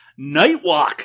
Nightwalk